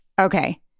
Okay